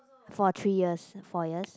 for three years four years